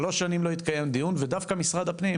3 שנים לא התקיים דיון ודווקא משרד פנים,